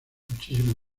muchísimo